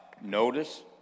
notice